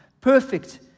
perfect